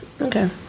Okay